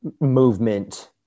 movement